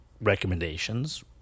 recommendations